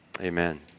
Amen